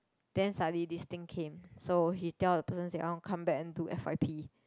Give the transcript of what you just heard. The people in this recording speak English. then suddenly this thing came so he tell the person say I want to come back into f_y_p